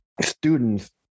students